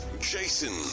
jason